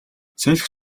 салхи